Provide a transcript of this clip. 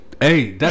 Hey